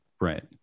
Right